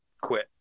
quit